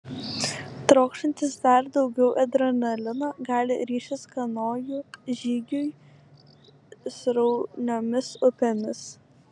trokštantys dar daugiau adrenalino gali ryžtis kanojų žygiui srauniomis upėmis